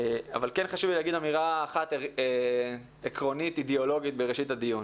אבל כן חשוב לי להגיד אמירה אחת עקרונית אידיאולוגית בראשית הדיון